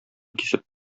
кисеп